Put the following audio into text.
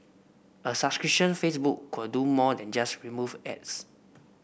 a subscription Facebook could do more than just remove ads